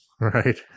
right